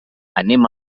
anem